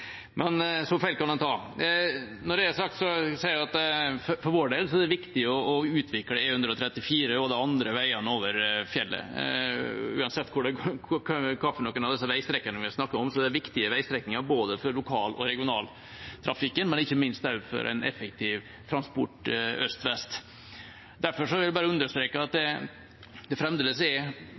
Men så feil kan man ta. Når det er sagt, vil jeg si at for vår del er det viktig å utvikle E134 og de andre veiene over fjellet. Uansett hvilke av disse veistrekningene vi snakker om, er det viktige veistrekninger både for lokal- og regionaltrafikken, og ikke minst for en effektiv transport øst–vest. Derfor vil jeg bare understreke at det fremdeles er